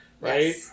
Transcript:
Right